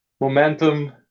momentum